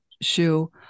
shoe